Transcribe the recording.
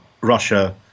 russia